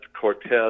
Cortez